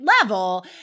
level